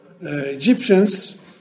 Egyptians